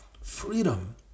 freedom